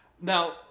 Now